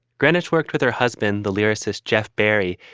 greenwich worked with her husband, the lyricist jeff berry,